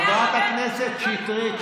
חברת הכנסת שטרית,